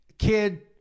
kid